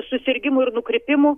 susirgimų ir nukrypimų